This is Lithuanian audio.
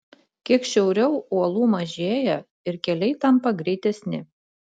kiek šiauriau uolų mažėja ir keliai tampa greitesni